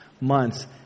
months